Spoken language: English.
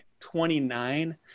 29